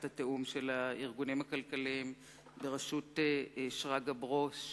התיאום של הארגונים הכלכליים בראשות שרגא ברוש,